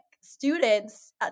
students